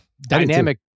dynamic